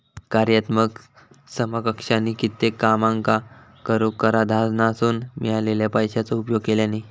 कार्यात्मक समकक्षानी कित्येक कामांका करूक कराधानासून मिळालेल्या पैशाचो उपयोग केल्यानी